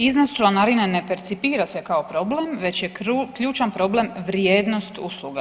Iznos članarina ne percipira se kao problem već je ključan problem vrijednost usluga.